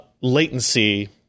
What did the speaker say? latency